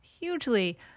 hugely